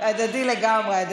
הדדי לגמרי.